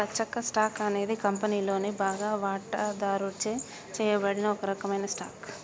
లచ్చక్క, stock అనేది కంపెనీలోని బాగా వాటాదారుచే చేయబడిన ఒక రకమైన స్టాక్